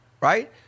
right